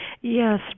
Yes